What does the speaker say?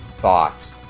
thoughts